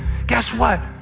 guess what?